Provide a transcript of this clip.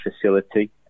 facility